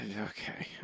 okay